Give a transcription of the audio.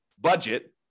budget